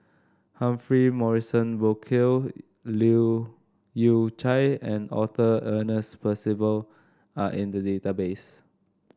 Humphrey Morrison Burkill Leu Yew Chye and Arthur Ernest Percival are in the database